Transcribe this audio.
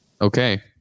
Okay